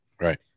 Right